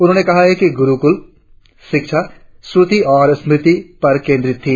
उन्होंने कहा कि गुरुकुल शिक्षा श्रुती और स्मृति पर केंद्रीत थी